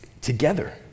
together